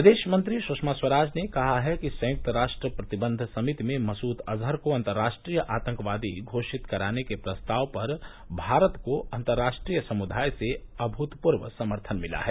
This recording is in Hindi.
विदेश मंत्री सुषमा स्वराज ने कहा है कि संयुक्त राष्ट्र प्रतिबंध समिति में मसूद अजहर को अंतर्राष्ट्रीय आतंकवादी घोषित कराने के प्रस्ताव पर भारत को अंतर्राष्ट्रीय समुदाय से अमूतपूर्व समर्थन मिला है